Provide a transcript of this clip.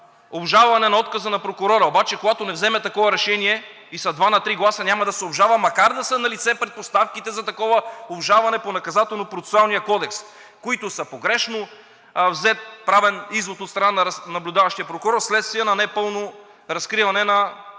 обжалване на отказа на прокурора, обаче когато не вземе такова решение и са 2 на 3 гласа, няма да се обжалва, макар да са налице предпоставките за такова обжалване по НПК, които са погрешно взет правен извод от страна на наблюдаващия прокурор вследствие на непълно разкриване на